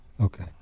Okay